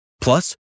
Plus